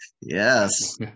Yes